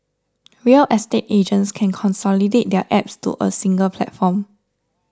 real estate agents can consolidate their apps to a single platform